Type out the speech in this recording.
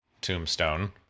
Tombstone